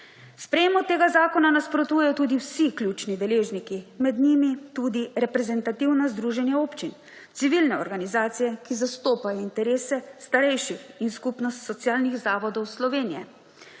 Sprejemu tega zakona nasprotujejo tudi vsi ključni deležniki, med njimi tudi reprezentativna združenja občin, civilne organizacije, ki zastopajo interese starejših, in Skupnost socialnih zavodov Slovenije.